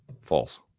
False